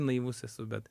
naivus esu bet